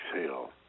exhale